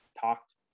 talked